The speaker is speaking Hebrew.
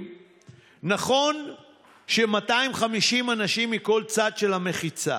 נכון שיהיו 250 אנשים מכל צד של המחיצה,